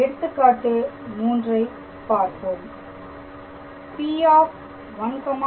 எடுத்துக்காட்டு 3 ஐ பார்ப்போம்